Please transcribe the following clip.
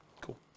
Cool